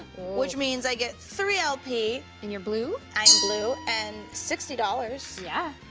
which means i get three lp. and you're blue? i am blue, and sixty dollars. yeah,